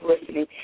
listening